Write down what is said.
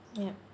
yup